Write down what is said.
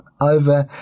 over